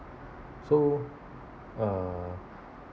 so uh